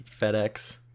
FedEx